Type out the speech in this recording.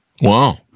Wow